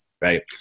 right